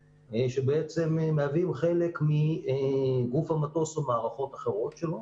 שבעצם מהווים חלק מגוף המטוס או מערכות אחרות שלו.